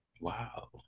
wow